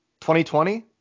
2020